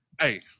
hey